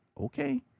okay